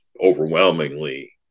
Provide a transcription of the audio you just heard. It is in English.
overwhelmingly